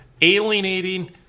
alienating